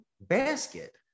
basket